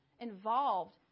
involved